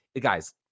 guys